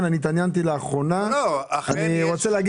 התעניינתי לאחרונה ונדהמתי.